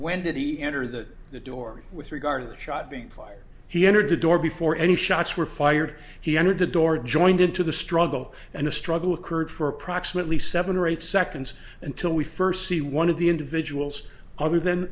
he enter the the door with regard to shots being fired he entered the door before any shots were fired he entered the door joined into the struggle and a struggle occurred for approximately seven or eight seconds until we first see one of the individuals other than